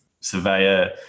surveyor